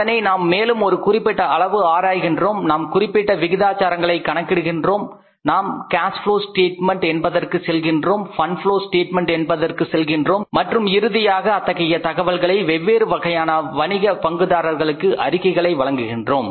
அதனை நாம் மேலும் ஒரு குறிப்பிட்ட அளவு ஆராய்கிறோம் நாம் குறிப்பிட்ட விகிதாச்சாரங்களை கணக்கிடுகிறோம் நாம் கேஸ்ப்ளோ ஸ்டேட்மென்ட் என்பதற்கு செல்கின்றோம் ஃபண்ட் புளா ஸ்டேட்மெண்ட் என்பதற்கு செல்கின்றோம் மற்றும் இறுதியாக இத்தகைய தகவல்களை வெவ்வேறு வகையான வணிக பங்குதாரர்களுக்கு அறிக்கைகளை வழங்குகின்றோம்